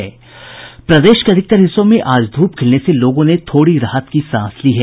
प्रदेश के अधिकतर हिस्सों में आज धूप खिलने से लोगों ने थोड़ी राहत की सांस ली है